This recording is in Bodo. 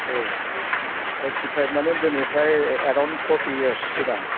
औ एइटि फाइभ माने दिनैफ्राय एराउन्ड फर्टि इयार्स सिगां